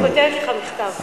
אני כותבת לך מכתב.